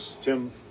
Tim